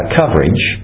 coverage